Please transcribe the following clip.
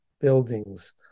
buildings